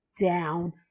down